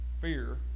fear